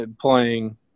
playing